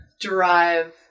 drive